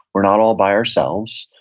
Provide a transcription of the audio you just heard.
we're not all by ourselves.